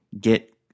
get